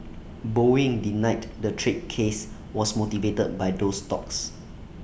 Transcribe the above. boeing denied the trade case was motivated by those talks